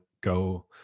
go